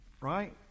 right